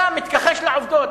אתה מתכחש לעובדות.